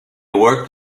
worked